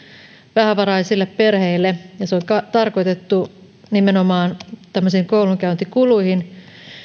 vähävaraisille perheille ja se on tarkoitettu nimenomaan tämmöisiin koulunkäyntikuluihin